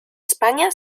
españa